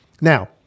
Now